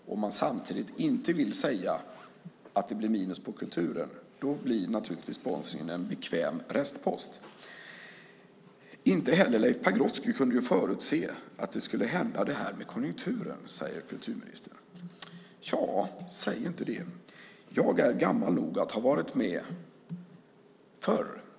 Om man samtidigt inte vill säga att det blir minus på kulturen blir naturligtvis sponsringen en bekväm restpost. Inte heller Leif Pagrotsky kunde förutse att det här med konjunkturen skulle hända, säger kulturministern. Tja, säg inte det. Jag är gammal nog att ha varit med förr.